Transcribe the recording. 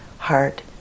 heart